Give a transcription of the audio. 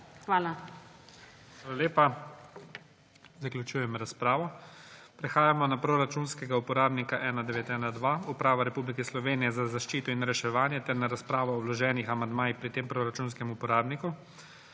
ZORČIČ: Hvala lepa. Zaključujem razpravo. Prehajamo na proračunskega uporabnika 1912 Uprava Republike Slovenije za zaščito in reševanje ter na razpravo o vloženih amandmajih pri tem proračunskem uporabniku.